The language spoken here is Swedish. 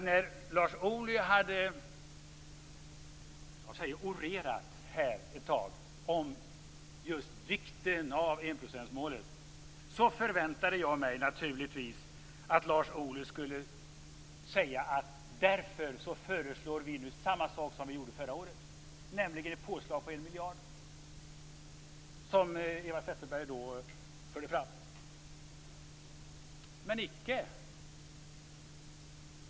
När Lars Ohly hade orerat ett tag om vikten av enprocentsmålet förväntade jag mig naturligtvis att Lars Ohly skulle säga: Därför föreslår vi nu samma sak som vi gjorde förra året, nämligen ett påslag på en miljard, som Eva Zetterberg då förde fram. Men icke.